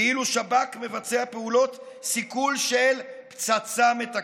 כאילו שב"כ מבצע פעולות סיכול של "פצצה מתקתקת".